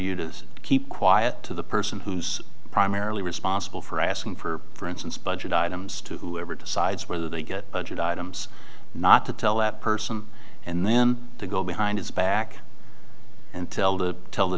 you to keep quiet to the person who's primarily responsible for asking for for instance budget items to whoever decides whether they get budget items not to tell that person and then to go behind his back and tell to tell the